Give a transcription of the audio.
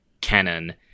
canon